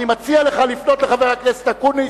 אני מציע לך לפנות לחבר הכנסת אקוניס,